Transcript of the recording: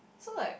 so like